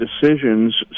decisions